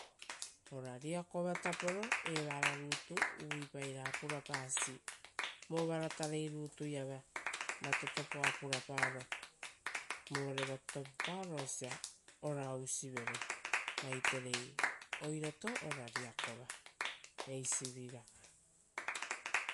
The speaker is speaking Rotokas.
Ora riakova taporo evara rutu uvuipai ra purapasi vo varatarei rutu iava vatotopoa prapaoro, vore vatotopaoro osia ora ousivaitere, oirato ora riakova. Eisivi raga.